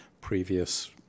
previous